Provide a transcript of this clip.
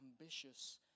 ambitious